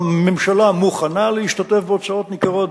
הממשלה מוכנה להשתתף בהוצאות ניכרות,